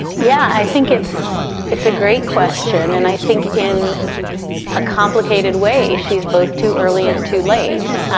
yeah, i think it's it's a great question. and i think in a complicated way, she's both too early and too late.